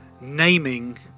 naming